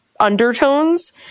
undertones